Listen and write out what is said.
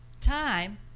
time